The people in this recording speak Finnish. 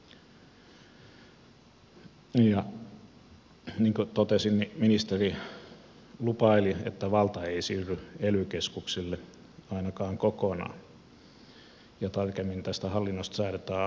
niin kuin totesin ministeri lupaili että valta ei siirry ely keskuksille ainakaan kokonaan ja tarkemmin tästä hallinnosta säädetään asetuksella